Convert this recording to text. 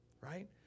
Right